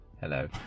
hello